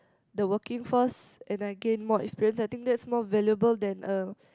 the working force and I gain more experience I think that's more valuable than a